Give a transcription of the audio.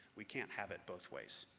we can't have it both ways.